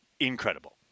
Incredible